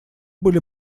были